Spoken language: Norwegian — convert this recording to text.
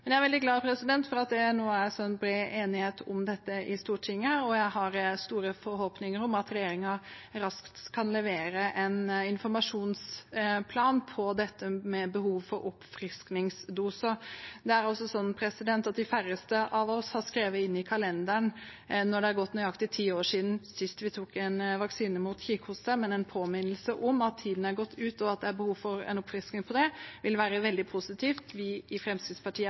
Men jeg er veldig glad for at det nå er så bred enighet om dette i Stortinget, og jeg har store forhåpninger om at regjeringen raskt kan levere en informasjonsplan for dette med behov for oppfriskningsdoser. Det er vel sånn at de færreste av oss har skrevet inn i kalenderen når det er gått nøyaktig ti år siden sist vi tok en vaksine mot kikhoste, og en påminnelse om at tiden er gått ut, og at det er behov for en oppfriskning, vil være veldig positivt. Vi i Fremskrittspartiet